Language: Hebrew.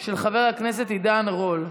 בסדר-היום של הכנסת נתקבלה.